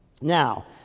Now